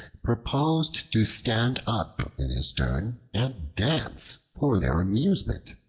proposed to stand up in his turn and dance for their amusement.